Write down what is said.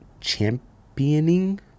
championing